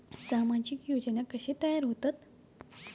सामाजिक योजना कसे तयार होतत?